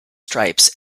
stripes